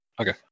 Okay